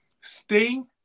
sting